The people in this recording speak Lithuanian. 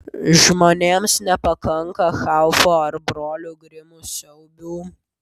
žmonėms nepakanka haufo ar brolių grimų siaubų